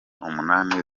umunani